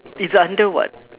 it's under what